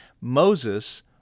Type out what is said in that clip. Moses